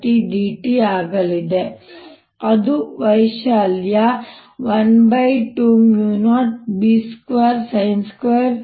r ωtdt ಆಗಲಿದೆ ಅದು ವೈಶಾಲ್ಯ 120B02 2k